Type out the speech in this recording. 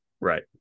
Right